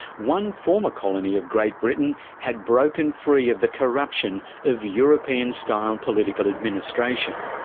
one former colony of great britain had broken free of the corruption of european style political administration.